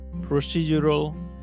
procedural